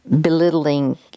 belittling